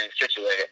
situated